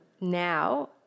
now